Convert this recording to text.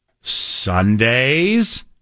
Sundays